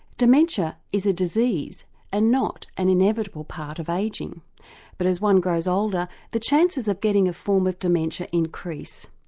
dementia is a disease and not an inevitable part of ageing but, as one grows older, the chances of getting a form of dementia increase.